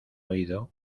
oído